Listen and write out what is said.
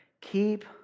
keep